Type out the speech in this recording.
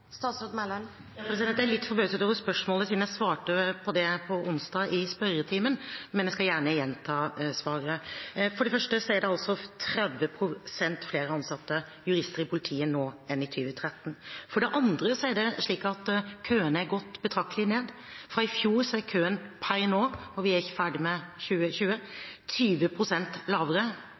Jeg er litt forbauset over spørsmålet, siden jeg svarte på det på onsdag i spørretimen, men jeg skal gjerne gjenta svaret. For det første er det altså 30 pst. flere ansatte jurister i politiet nå enn i 2013. For det andre er køene gått betraktelig ned. Køen er per nå – og vi er ikke ferdig med 2020